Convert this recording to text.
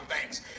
thanks